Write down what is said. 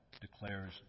declares